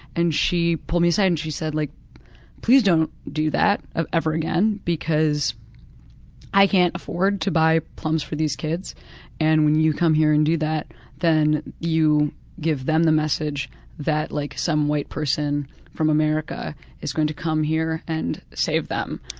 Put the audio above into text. and she pulled me aside and she said, like please don't do that um ever again, because i can't afford to buy plums for these kids and when you come here and do that then you give them the message that, like, some white person from america is going to come here and save them,